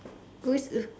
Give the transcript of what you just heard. go it it's